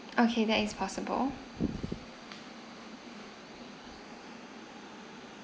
okay that is possible